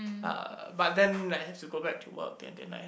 uh but then I have to go back to work and then I have